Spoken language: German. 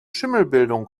schimmelbildung